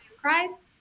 Christ